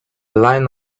line